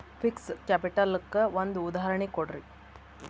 fixed capital ಕ್ಕ ಒಂದ್ ಉದಾಹರ್ಣಿ ಕೊಡ್ರಿ